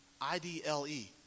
I-D-L-E